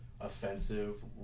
offensive